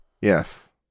Yes